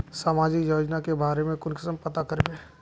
सामाजिक योजना के बारे में कुंसम पता करबे?